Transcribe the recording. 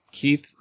Keith